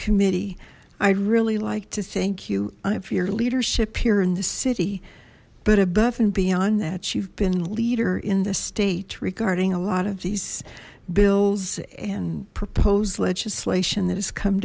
committee i'd really like to thank you of your leadership here in the city but above and beyond that you've been leader in the state regarding a lot of these bills and proposed legislation that has come